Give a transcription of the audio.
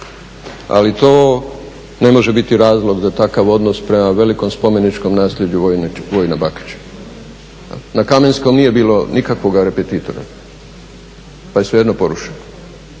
Ali to ne može biti razlog da takav odnos prema velikom spomeničkom naslijeđu Vojina Bakića. Na Kamenskom nije bilo nikakvoga repetitora pa je svejedno porušeno.